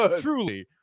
truly